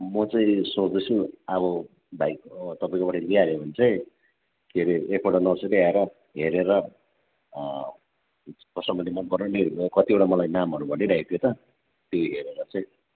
म चाहिँ सोच्दैछु अब भाइ तपाईँकोबाट लिइहालेँ भने चाहिँ के अरे एकपल्ट नर्सरी आएर हेरेर कस्टमरले मन पराउने कतिवटा मलाई नामहरू भनि राखेको थियो त त्यो हेरेर चाहिँ